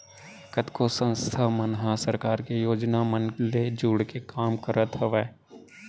कतको संस्था मन ह सरकार के योजना मन ले जुड़के काम करत हावय